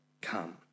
come